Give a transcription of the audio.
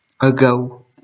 ago